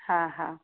ହାଁ ହାଁ